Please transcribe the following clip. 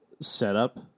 setup